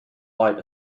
light